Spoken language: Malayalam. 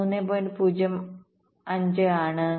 05 ആണ്